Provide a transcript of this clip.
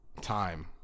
Time